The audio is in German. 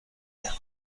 mehr